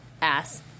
ass